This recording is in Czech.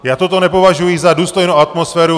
Já toto nepovažuji za důstojnou atmosféru!